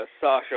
Sasha